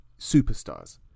superstars